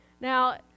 Now